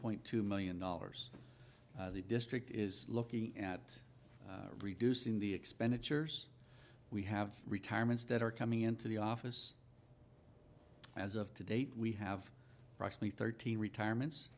point two million dollars the district is looking at reducing the expenditures we have retirements that are coming into the office as of to date we have probably thirteen retirements